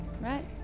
Right